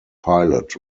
pilot